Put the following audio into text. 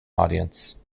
audience